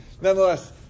nonetheless